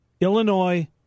Illinois